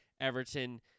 Everton